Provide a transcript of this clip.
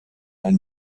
ein